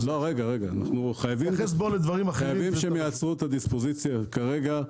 חייבים שהם יעצרו את הדיספוזיציה כרגע,